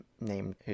named